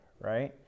Right